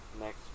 next